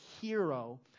hero